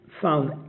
found